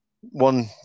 one